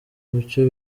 mucyo